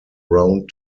round